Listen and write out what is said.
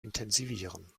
intensivieren